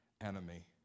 enemy